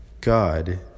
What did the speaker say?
God